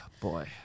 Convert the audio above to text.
Boy